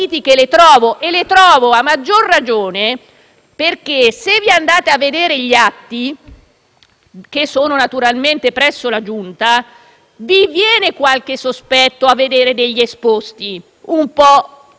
che sono presso la Giunta, vi viene qualche sospetto a vedere degli esposti un po' pelosi. Se andate a vedere gli atti, troverete degli esposti di strane associazioni,